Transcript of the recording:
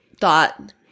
thought-